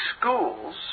schools